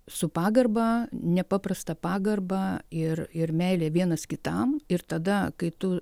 su pagarba nepaprasta pagarba ir ir meile vienas kitam ir tada kai tu